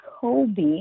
Kobe